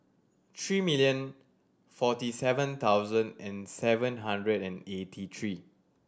three million forty seven thousand and seven hundred and eighty three